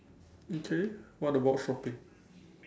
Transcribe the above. okay what about shopping